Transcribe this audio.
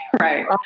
Right